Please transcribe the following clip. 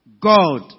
God